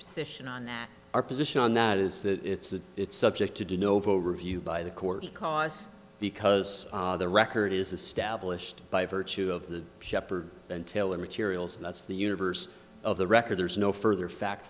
position on that our position on that is that it's that it's subject to do novo review by the court because because the record is established by virtue of the shepherd and taylor materials and that's the universe of the record there is no further fact